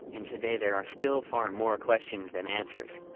and today there are still far and more questions than answers.